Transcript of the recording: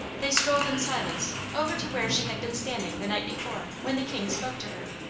they strolled in silence over to where she had been standing the night before when the king spoke to her.